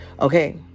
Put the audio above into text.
Okay